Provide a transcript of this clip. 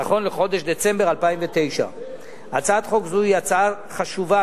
נכון לחודש דצמבר 2009. הצעת חוק זו היא הצעה חשובה,